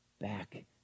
back